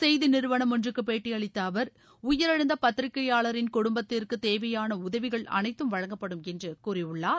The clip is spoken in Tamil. செய்தி நிறுவனம் ஒன்றுக்கு பேட்டியளித்த அவர் உயிரிழந்த பத்திரிகையாளரின் குடும்பத்திற்கு தேவையான உதவிகள் அனைத்தும் வழங்கப்படும் என்று கூறியுள்ளார்